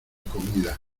comida